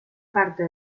parte